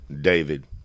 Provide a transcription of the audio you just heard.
david